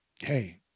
Hey